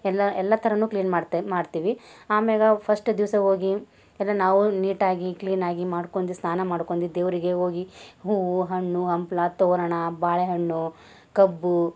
ಎಲ್ಲ ಎಲ್ಲ ಥರವೂ ಕ್ಲೀನ್ ಮಾಡ್ತೆ ಮಾಡ್ತೀವಿ ಆಮ್ಯಾಲ ಫಸ್ಟ್ ದಿವಸ ಹೋಗಿ ಎಲ್ಲ ನಾವು ನೀಟಾಗಿ ಕ್ಲೀನ್ ಆಗಿ ಮಾಡ್ಕೊಂಡಿ ಸ್ನಾನ ಮಾಡ್ಕೊಂಡಿ ದೇವರಿಗೆ ಹೋಗಿ ಹೂವು ಹಣ್ಣು ಹಂಪ್ಲು ತೋರಣ ಬಾಳೆಹಣ್ಣು ಕಬ್ಬು